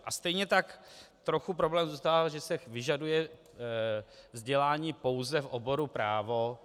A stejně tak trochu problém zůstává, že se vyžaduje vzdělání pouze v oboru právo.